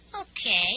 Okay